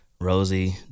Rosie